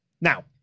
Now